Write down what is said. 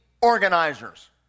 organizers